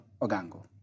Ogango